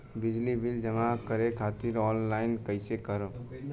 बिजली बिल जमा करे खातिर आनलाइन कइसे करम?